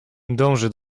dąży